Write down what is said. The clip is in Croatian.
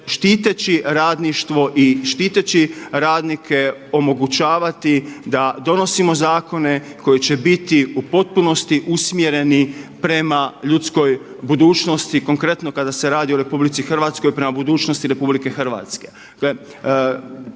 štiteći radništvo i štiteći radnike omogućavati da donosimo zakone koji će biti u potpunosti usmjereni prema ljudskoj budućnosti, konkretno kada se radi o RH prema budućnosti RH. Klonim se